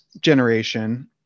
generation